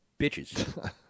bitches